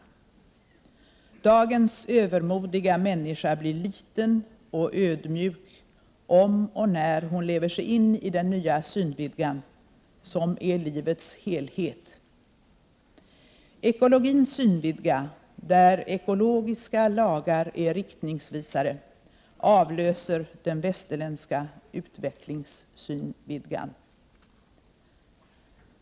Dagens övermodiga människa blir liten och ödmjuk om och när hon lever sig in i den nya synvidgan, som är livets helhet. Ekologins synvidga, där ekologiska lagar är riktningsvisare, avlöser den västerländska utvecklingssynvidgan.